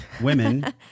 Women